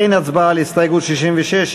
אין הצבעה על הסתייגות 66,